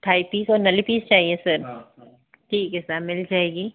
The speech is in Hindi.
थाई पीस और नली पीस चाहिए सर ठीक है सर मिल जाएगी